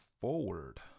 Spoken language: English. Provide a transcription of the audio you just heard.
forward